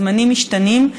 הזמנים משתנים.